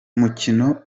umukino